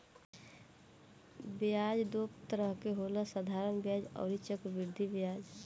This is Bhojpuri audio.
ब्याज दू तरह के होला साधारण ब्याज अउरी चक्रवृद्धि ब्याज